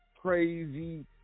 crazy